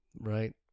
Right